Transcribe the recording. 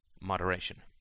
moderation